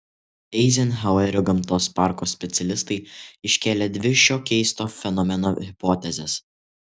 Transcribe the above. eizenhauerio gamtos parko specialistai iškėlė dvi šio keisto fenomeno hipotezes